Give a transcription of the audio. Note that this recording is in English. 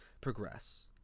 progress